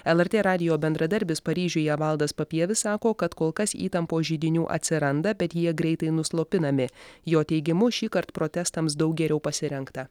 lrt radijo bendradarbis paryžiuje valdas papievis sako kad kol kas įtampos židinių atsiranda bet jie greitai nuslopinami jo teigimu šįkart protestams daug geriau pasirengta